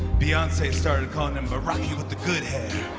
beyonce started calling him baracky with the good hair.